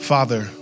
Father